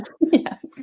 Yes